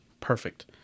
perfect